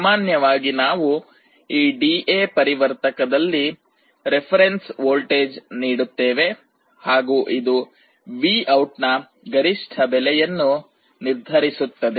ಸಾಮಾನ್ಯವಾಗಿ ನಾವು ಈ ಡಿಎ ಪರಿವರ್ತಕDA converterದಲ್ಲಿ ರೆಫರೆನ್ಸ್ ವೋಲ್ಟೇಜ್ ನೀಡುತ್ತೇವೆ ಹಾಗೂ ಇದು VOUT ನ ಗರಿಷ್ಠ ಬೆಲೆಯನ್ನು ನಿರ್ಧರಿಸುತ್ತದೆ